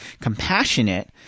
compassionate